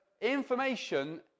information